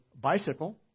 bicycle